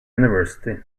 university